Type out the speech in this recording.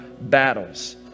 battles